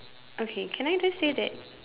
okay can I just say that